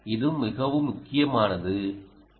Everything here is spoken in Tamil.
இது மிகவும் முக்கியமானது பிறகு